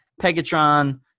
Pegatron